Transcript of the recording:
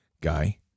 guy